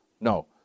No